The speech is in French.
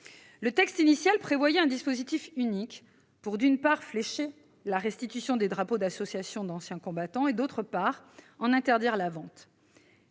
Le texte initial prévoyait un dispositif unique pour, d'une part, organiser la restitution des drapeaux d'associations d'anciens combattants, et, d'autre part, en interdire la vente.